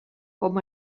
com